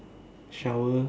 shower